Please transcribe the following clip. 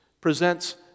presents